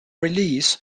release